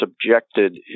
subjected